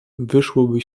wyszłoby